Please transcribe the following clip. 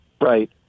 Right